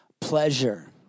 pleasure